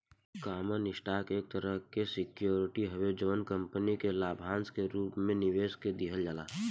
common stock एक तरीका के सिक्योरिटी हवे जवन कंपनी के लाभांश के रूप में निवेशक के दिहल जाला